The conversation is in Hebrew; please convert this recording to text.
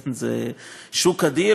סין זה שוק אדיר,